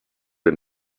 den